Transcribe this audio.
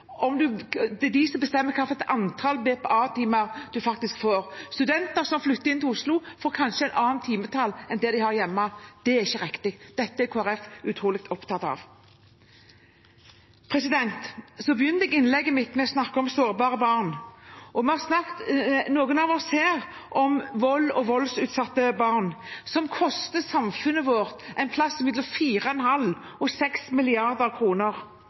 bestemmer hvilket antall BPA-timer en faktisk får. Studenter som flytter inn til Oslo, får kanskje et annet timeantall enn det de har hjemme. Det er ikke riktig, og dette er Kristelig Folkeparti utrolig opptatt av. Jeg begynte innlegget mitt med å snakke om sårbare barn. Noen av oss her har snakket om vold og voldsutsatte barn, som koster samfunnet vårt et sted mellom 4,5 og 6 mrd. kr. Stortinget har i fellesskap vedtatt en opptrappingsplan på tvers av departement og